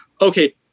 okay